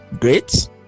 great